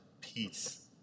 peace